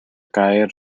caer